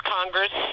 Congress